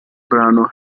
brano